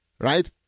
right